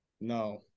No